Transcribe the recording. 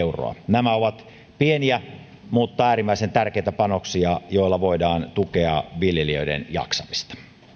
nämä ovat pieniä mutta äärimmäisen tärkeitä panoksia joilla voidaan tukea viljelijöiden jaksamista